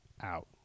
out